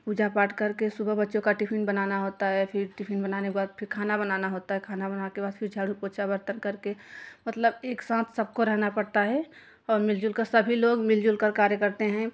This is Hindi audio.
पूजा पाठ करके सुबह बच्चों का टिफिन बनाना होता है फिर टिफिन बनाने के बाद फिर खाना बनाना होता है खाना बना कर फिर झाड़ू पोछा बर्तन करके मतलब एक साथ सबको रहना पड़ता है और मिलजुल कर सभी लोग मिलजुल कर कार्य करते हैं